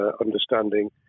understanding